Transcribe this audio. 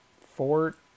Fort